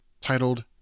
titled